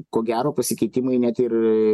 ko gero pasikeitimai net ir